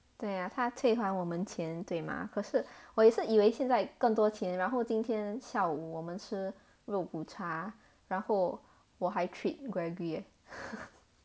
对呀他退还我们钱对吗可是我也是以为现在更多钱然后今天下午我们吃肉骨茶然后我还 treat gregory leh